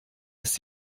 ist